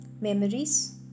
Memories